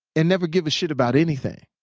and never give a shit about anything.